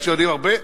כשיודעים הרבה,